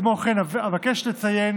כמו כן, אבקש לציין